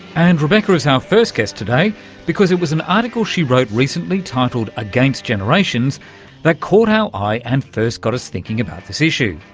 and rebecca is our first guest today because it was an article she wrote recently titled against generations that caught our eye and first got us thinking about this issue.